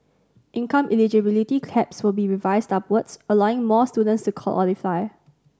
income eligibility caps will be revised upwards allowing more students to qualify